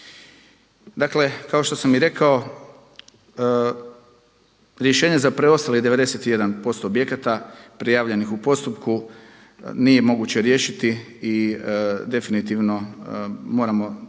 Dakle kao što sam i rekao rješenje za preostalih 91% objekata prijavljenih u postupku nije moguće riješiti i definitivno moramo